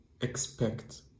expect